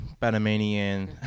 Panamanian